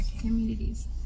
communities